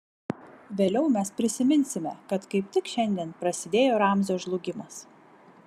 vėliau mes prisiminsime kad kaip tik šiandien prasidėjo ramzio žlugimas